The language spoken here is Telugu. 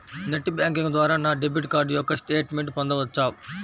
నెట్ బ్యాంకింగ్ ద్వారా నా డెబిట్ కార్డ్ యొక్క స్టేట్మెంట్ పొందవచ్చా?